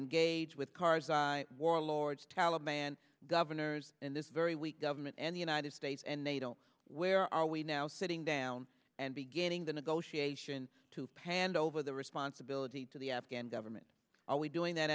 engaged with karzai warlords taliban governors and this very weak government and the united states and they don't where are we now sitting down and beginning the negotiation to panned over the responsibility to the afghan government are we doing that